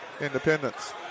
Independence